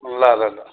ल ल ल